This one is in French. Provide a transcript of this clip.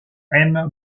aime